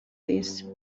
this